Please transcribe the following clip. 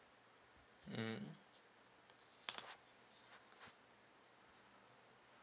mm